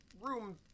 room